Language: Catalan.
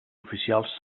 oficials